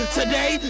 today